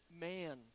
man